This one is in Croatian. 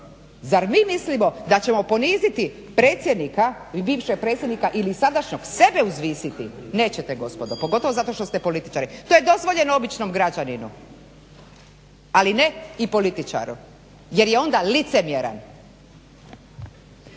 Zar mi mislimo da ćemo poniziti bivšeg predsjednika ili sadašnjeg, sebe uzvisiti nećete gospodo pogotovo zato što ste političari. To je dozvoljeno običnom građaninu ali ne i političaru jer je onda licemjeran.